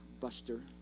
Buster